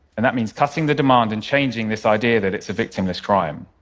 and that means cutting the demand and changing this idea that it's a victimless crime.